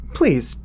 please